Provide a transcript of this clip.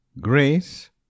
Grace